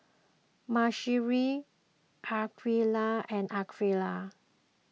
Mahsuri Aqeelah and Aqeelah